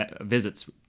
visits